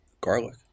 Garlic